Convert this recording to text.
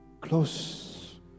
Close